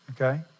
okay